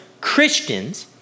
Christians